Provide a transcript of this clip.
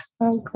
Okay